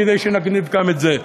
כדי שנגניב גם את זה.